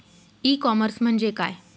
E commerce म्हणजे काय?